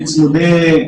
דוגמת כביש 60,